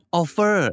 offer